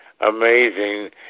amazing